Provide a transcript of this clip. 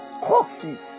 Courses